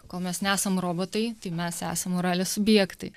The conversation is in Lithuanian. kol mes nesam robotai tai mes esam moralės subjektai